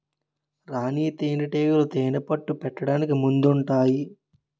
రాణీ తేనేటీగలు తేనెపట్టు పెట్టడానికి ముందుంటాయి